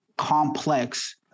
complex